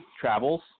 travels